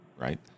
right